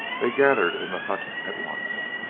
they gathered in the hut at once.